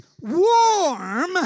warm